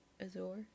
Azure